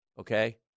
Okay